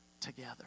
together